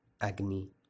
agony